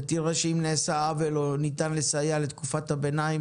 ותראה אם נעשה עוול או אם ניתן לסייע לתקופת הביניים.